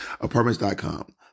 Apartments.com